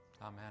Amen